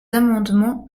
amendements